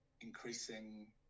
increasing